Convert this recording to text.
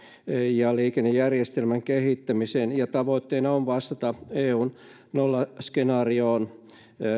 ja liikennejärjestelmän kehittämiseen tavoitteena on vastata eun nollaskenaarioon